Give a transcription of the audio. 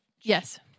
yes